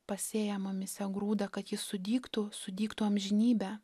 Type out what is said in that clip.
pasėja mumyse grūdą kad jis sudygtų sudygtų amžinybę